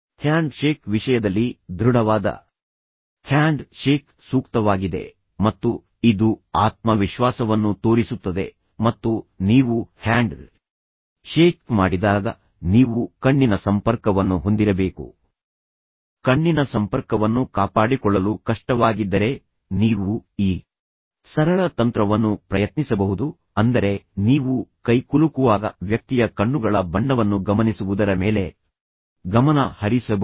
hand shake ವಿಷಯದಲ್ಲಿ ದೃಢವಾದ handshake ಸೂಕ್ತವಾಗಿದೆ ಮತ್ತು ಇದು ಆತ್ಮವಿಶ್ವಾಸವನ್ನು ತೋರಿಸುತ್ತದೆ ಮತ್ತು ನೀವು ಹ್ಯಾಂಡ್ ಶೇಕ್ ಮಾಡಿದಾಗ ನೀವು ಕಣ್ಣಿನ ಸಂಪರ್ಕವನ್ನು ಹೊಂದಿರಬೇಕು ಕಣ್ಣಿನ ಸಂಪರ್ಕವನ್ನು ಕಾಪಾಡಿಕೊಳ್ಳಲು ಕಷ್ಟವಾಗಿದ್ದರೆ ನೀವು ಈ ಸರಳ ತಂತ್ರವನ್ನು ಪ್ರಯತ್ನಿಸಬಹುದು ಅಂದರೆ ನೀವು ಕೈಕುಲುಕುವಾಗ ವ್ಯಕ್ತಿಯ ಕಣ್ಣುಗಳ ಬಣ್ಣವನ್ನು ಗಮನಿಸುವುದರ ಮೇಲೆ ಗಮನ ಹರಿಸಬಹುದು